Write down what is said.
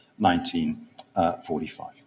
1945